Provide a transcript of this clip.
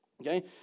Okay